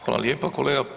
Hvala lijepa kolega.